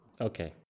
okay